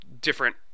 different